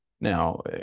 Now